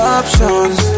options